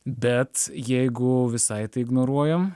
bet jeigu visai tai ignoruojam